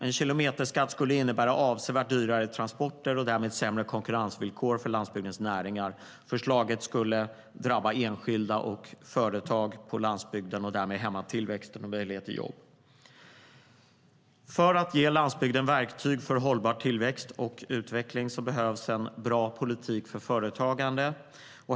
En kilometerskatt skulle innebära avsevärt dyrare transporter och därmed sämre konkurrensvillkor för landsbygdens näringar. Förslaget skulle drabba enskilda och företag på landsbygden och därmed hämma tillväxten och möjligheten till jobb. För att ge landsbygden verktyg för hållbar tillväxt och utveckling behövs en bra politik för företagande.